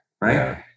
Right